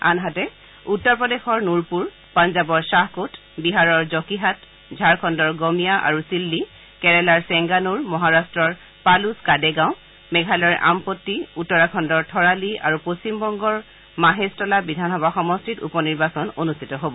আনহাতে উত্তৰ প্ৰদেশৰ নূৰপুৰ পঞ্জাৱৰ খাহকোট বিহাৰৰ জকিহাট ঝাৰখণ্ডৰ গমিয়া আৰু চিলি কেৰালাৰ চেংগানুৰ মহাৰাট্টৰ পালুছ কাডেগাও মেঘালয়ৰ আমপটি উত্তৰাখণ্ডৰ থৰালি আৰু পশ্চিমবংগৰ মাহেশতলা বিধানসভা সমষ্টিত উপ নিৰ্বাচন অনুষ্ঠিত হব